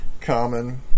Common